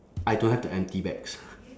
I don't have the empty bags